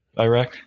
Iraq